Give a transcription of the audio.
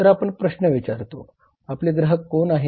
तर आपण प्रश्न विचारतो आपले ग्राहक कोण आहेत